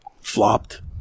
flopped